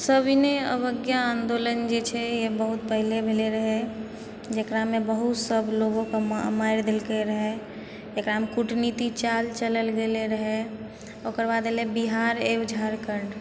सविनय अवज्ञा आन्दोलन जे छै बहुत पहिने भेल रहै जकरामे बहुत सब लोगोके मारि देलकै रहै एकरामे कूटनीतिक चाल चलल गेल रहै ओकरबाद एलै बिहार एवम झारखण्ड